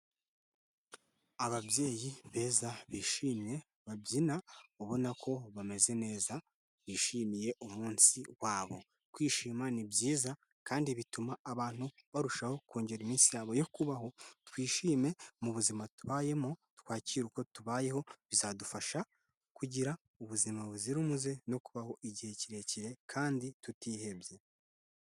Ababyeyi beza bishimye, babyina, ubona ko bameze neza bishimiye umunsi wabo, kwishima ni byiza kandi bituma abantu barushaho kongera iminsi yabo yo kubaho, twishime mu buzima tubayemo, twakire uko tubayeho, bizadufasha kugira ubuzima buzira umuze no kubaho igihe kirekire kandi tutihebye.